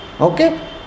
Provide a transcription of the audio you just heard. Okay